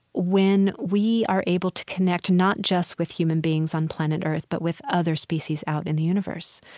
when we are able to connect not just with human beings on planet earth, but with other species out in the universe?